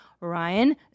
Ryan